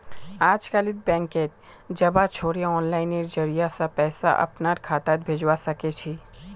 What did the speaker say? अजकालित बैंकत जबा छोरे आनलाइनेर जरिय स पैसा अपनार खातात भेजवा सके छी